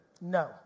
No